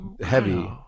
Heavy